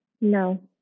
No